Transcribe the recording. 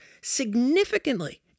significantly